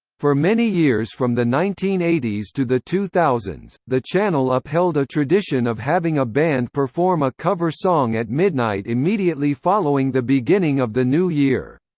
for many years from the nineteen eighty s to the two thousand s, the channel upheld a tradition of having a band perform a cover song at midnight immediately following the beginning of the new year.